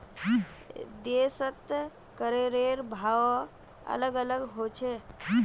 देशत करेर भाव अलग अलग ह छेक